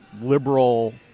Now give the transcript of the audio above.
liberal